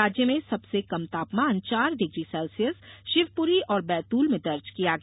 राज्य में सबसे कम तापमान चार डिग्री सेल्सियस शिवपुरी और बैतूल में दर्ज किया गया